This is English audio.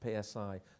psi